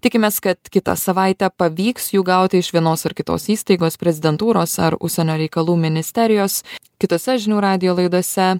tikimės kad kitą savaitę pavyks jų gauti iš vienos ar kitos įstaigos prezidentūros ar užsienio reikalų ministerijos kitose žinių radijo laidose